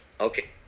okay